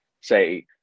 say